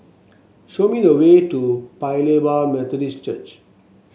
show me the way to Paya Lebar Methodist Church